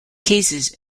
cases